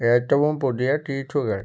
ഏറ്റവും പുതിയ ട്വീറ്റുകൾ